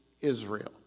Israel